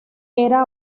era